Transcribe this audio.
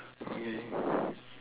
okay